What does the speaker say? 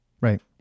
Right